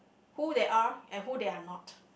who they are and who they are not